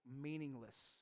meaningless